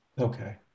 Okay